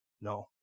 No